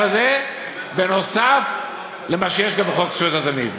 הזה נוסף למה שיש גם בחוק זכויות התלמיד.